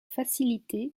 facilités